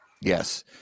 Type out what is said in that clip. Yes